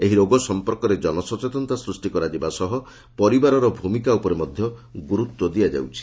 ଏହି ରୋଗ ସଂପର୍କରେ ଜନସଚେତନତା ସୃଷି କରାଯିବା ସହ ପରିବାରର ଭୂମିକା ଉପରେ ମଧ୍ୟ ଗୁରୁତ୍ ଦିଆଯାଉଛି